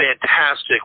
Fantastic